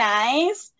nice